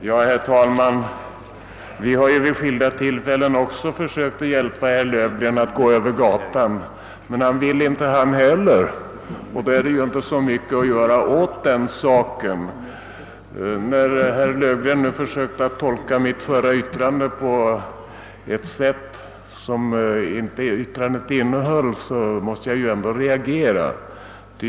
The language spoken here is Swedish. Herr talman! Vi har vid skilda tillfällen också försökt hjälpa herr Löfgren att gå över gatan. Men han vill inte han heller, och då är det inte så mycket att göra åt saken. När herr Löfgren i mitt förra yttrande försökte tolka in sådant som det inte innehöll, måste jag reagera.